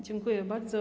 Dziękuję bardzo.